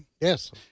Yes